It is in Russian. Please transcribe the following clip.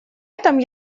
этом